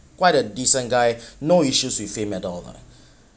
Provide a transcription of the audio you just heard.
quite a decent guy no issues with him at all lah